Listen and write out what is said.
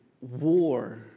war